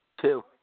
Two